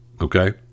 okay